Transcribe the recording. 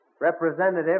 representative